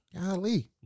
Golly